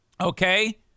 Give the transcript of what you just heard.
okay